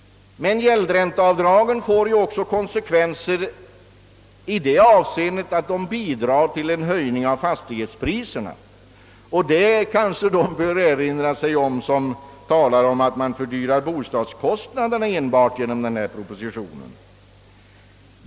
Men gäldränteavdragen får ju också konsekvenser i det avseendet att de bidrar till en höjning av fastighetspriserna, och det kanske de bör erinra sig som talar om att man enbart fördyrar bostadskostnaderna genom denna pro position.